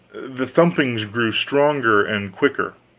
the thumpings grew stronger and quicker.